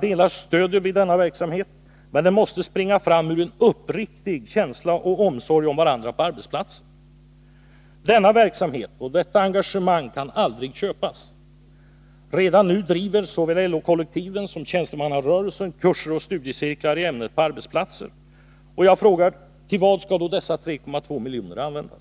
Vi stöder denna verksamhet i alla delar, men den måste springa fram ur en uppriktig känsla för och omsorg om varandra på arbetsplatsen. Denna verksamhet och detta engagemang kan aldrig köpas. Redan nu driver såväl LO-kollektiven som tjänstemannarörelsen kurser och studiecirklar i ämnet på arbetsplatser, och jag frågar: Till vad skall då dessa 3,2 miljoner användas?